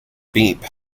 beep